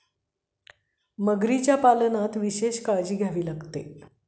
मगरीच्या पालनात विशेष काळजी घ्यावी लागते